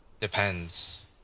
Depends